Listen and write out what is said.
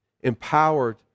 empowered